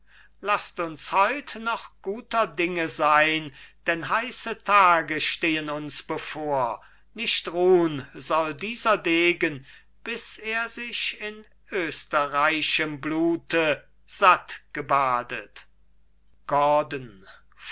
laßt uns heut noch guter dinge sein denn heiße tage stehen uns bevor nicht ruhn soll dieser degen bis er sich in österreichischem blute satt gebadet gordon